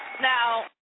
Now